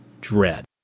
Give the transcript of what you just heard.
dread